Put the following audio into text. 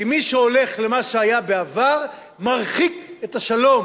כי מי שהולך למה שהיה בעבר, מרחיק את השלום.